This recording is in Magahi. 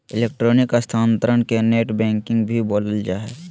इलेक्ट्रॉनिक स्थानान्तरण के नेट बैंकिंग भी बोलल जा हइ